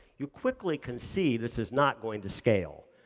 you quickly can see this is not going to scale,